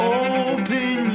open